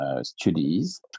studies